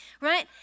right